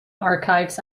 archives